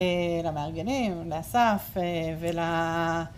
למארגנים, לאסף ול...